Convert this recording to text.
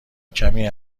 کمی